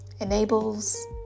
enables